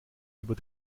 über